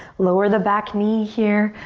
lower the back knee here.